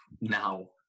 now